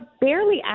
barely